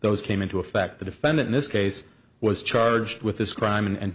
those came into effect the defendant in this case was charged with this crime and